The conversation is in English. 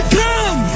come